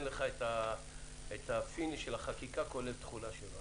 לך את הפיניש של החקיקה כולל התחולה שלו.